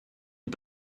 you